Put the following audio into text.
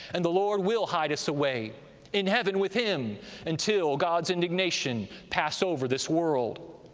and the lord will hide us away in heaven with him until god's indignation pass over this world.